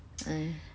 uh